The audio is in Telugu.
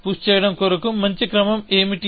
పుష్ చేయడం కొరకు మంచి క్రమం ఏమిటి